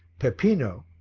peppino,